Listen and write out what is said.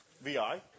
VI